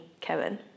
Kevin